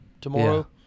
tomorrow